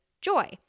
joy